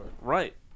Right